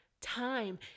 time